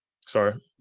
Sorry